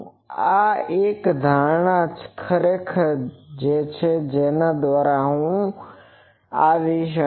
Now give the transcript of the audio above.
હવે આ એક ધારણા ખરેખર એ છે જેના પર હું આવીશ